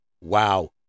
Wow